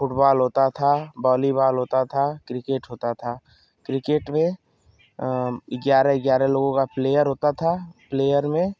football होता था volleyball होता था क्रिकेट होता था क्रिकेट में ग्यारह ग्यारह लोगों का प्लेयर होता था प्लेयर में